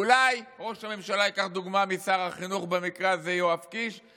אולי ראש הממשלה ייקח דוגמה משר החינוך יואב קיש במקרה הזה?